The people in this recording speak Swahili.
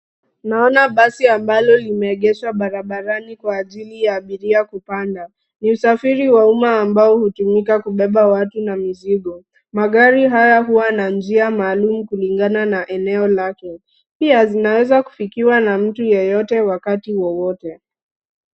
Naona basi ambalo limeegeshwa barabarani kwa ajili ya abiria kupanda. Ni usafiri wa umma ambao hutumika kubeba watu na mizigo. Magari haya huwa na njia maalum kulingana na eneo lake. Pia zinaweza kufikiwa na mtu yoyote wakati wowote.